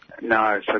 No